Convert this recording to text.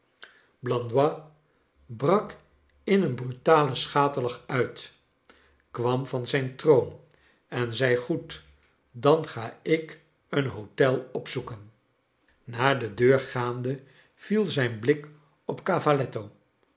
brak in een brutalen schaterlach uit kwam van zijn troon en zei goed dan ga ik een hotel opzoeken xaar de deur gaande viel zijn blik op